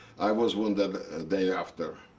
i was wounded the day after.